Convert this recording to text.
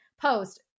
post